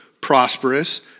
prosperous